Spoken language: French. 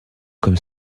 comme